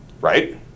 Right